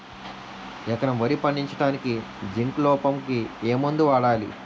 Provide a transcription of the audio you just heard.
ఎకరం వరి పండించటానికి జింక్ లోపంకి ఏ మందు వాడాలి?